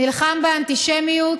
נלחם באנטישמיות.